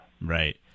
Right